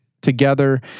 together